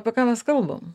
apie ką mes kalbam